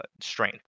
strength